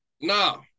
No